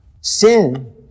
sin